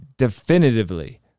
definitively